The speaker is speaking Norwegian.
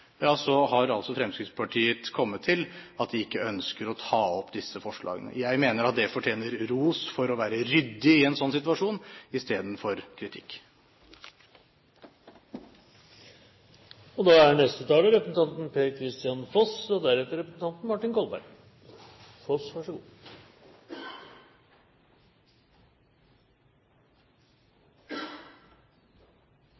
altså har kommet til at de ikke ønsker å ta opp disse forslagene. Jeg mener at man fortjener ros for å være ryddig i en sånn situasjon, istedenfor